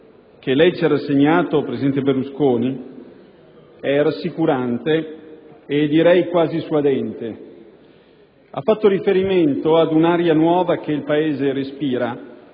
che lei ci ha rassegnato, presidente Berlusconi, è rassicurante, direi quasi suadente; ha fatto riferimento ad un'aria nuova che il Paese respira,